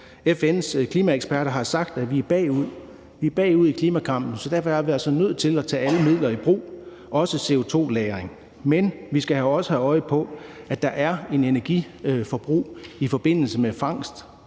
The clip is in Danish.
FN's klimaeksperter har sagt, at vi er bagud; vi er bagud i klimakampen, så derfor er vi altså nødt til at tage alle midler i brug, også CO2-lagring. Men vi skal også have øje for, at der er et energiforbrug i forbindelse med fangst,